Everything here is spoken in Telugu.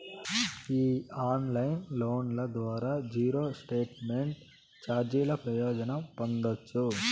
ఈ ఆన్లైన్ లోన్ల ద్వారా జీరో స్టేట్మెంట్ చార్జీల ప్రయోజనం పొందచ్చు